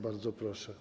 Bardzo proszę.